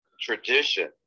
tradition